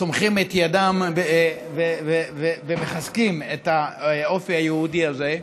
סומכים את ידם ומחזקים את האופי היהודי הזה,